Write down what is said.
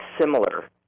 similar